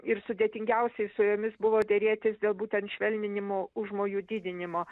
ir sudėtingiausiai su jomis buvo derėtis dėl būtent švelninimo užmojų didinimo